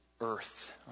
earth